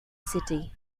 city